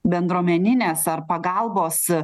bendruomeninės ar pagalbos